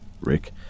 Rick